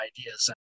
ideas